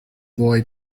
boy